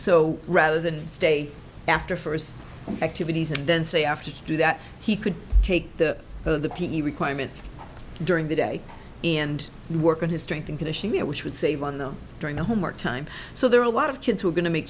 so rather than stay after first activities and then say after you do that he could take the bow of the p e requirement during the day and work on his strength and conditioning it which would save on the during the homework time so there are a lot of kids who are going to make